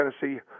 Tennessee